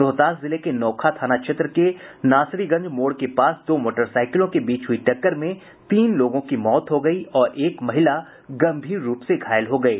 रोहतास जिले के नोखा थाना क्षेत्र के नासरीगंज मोड़ के पास दो मोटरसाइकिलों के बीच हुयी टक्कर में तीन लोगों की मौत हो गयी और एक महिला गंभीर रूप से घायल हो गयी